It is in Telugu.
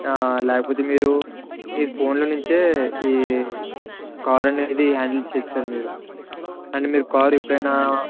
లేకపోతే మీరు మీ ఫోన్లో నుంచే ఈ కార్ అనేది హ్యాండిల్ చెయ్యవచ్చు సార్ మీరు అండ్ మీరు కారు ఎప్పుడైనా